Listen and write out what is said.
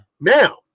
Now